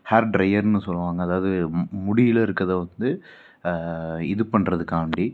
hair ட்ரையர்னு சொல்லுவாங்கள் அதாவது முடியல இருக்கிறத வந்து இது பண்ணுறதுக்காண்டி